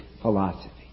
philosophy